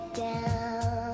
down